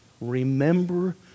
remember